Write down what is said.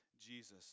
Jesus